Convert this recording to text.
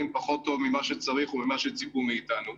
פחות טוב ממה שצריך או ממה שציפו מאתנו.